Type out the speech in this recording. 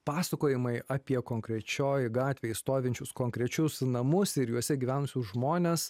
pasakojimai apie konkrečioj gatvėj stovinčius konkrečius namus ir juose gyvenusius žmones